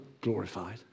glorified